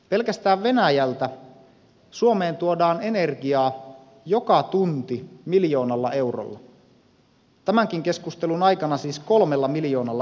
pelkästään venäjältä suomeen tuodaan energiaa joka tunti miljoonalla eurolla tämänkin keskustelun aikana siis kolmella miljoonalla eurolla